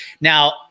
Now